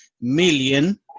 million